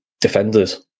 defenders